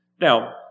Now